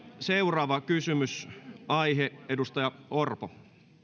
seuraava kysymysaihe edustaja orpo